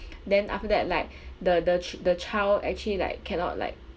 then after that like the the ch~ the child actually like cannot like